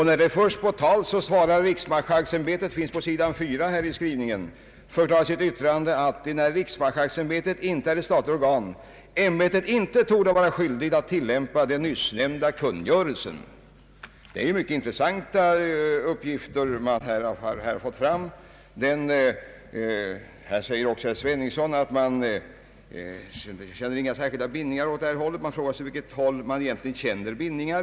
När detta förs på tal svarar riksmarskalksämbetet, vilket återges på sidan 4 i bilagan till utskottsutlåtandet, att >»enär riksmarskalksämbetet inte är ett statligt organ, ämbetet inte torde vara skyldigt att tillämpa den nyssnämnda kungörelsen». Det är ju mycket intressanta uppgifter ämbetet för fram. Herr Sveningsson säger också att man säkert inte känner några särskilda bindningar till den enskilda bankvärden. Jag undrar åt vilket håll riksmarskalksämbetet egentligen känner bindningar.